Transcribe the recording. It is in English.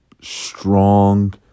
strong